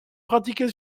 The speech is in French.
pratiquée